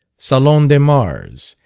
salon de mars,